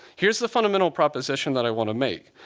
here's the fundamental proposition that i want to make.